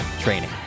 Training